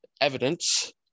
evidence